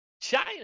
China